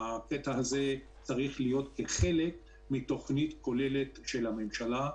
צריך להיות חלק מתוכנית כוללת של הממשלה.